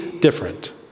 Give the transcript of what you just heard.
different